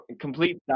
complete